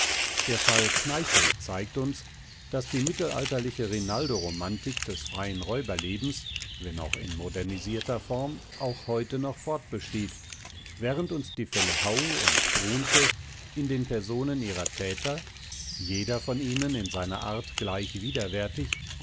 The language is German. der fall kneißl zeigt uns daß die mittelalterliche rinaldoromantik des freien räuberlebens wenn auch in modernisierter form auch heute noch fortbesteht während uns die fälle hau und brunke in den personen ihrer täter jeder von ihnen in seiner art gleich widerwärtig